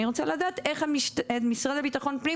אני רוצה לדעת איך המשרד לביטחון פנים